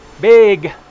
Big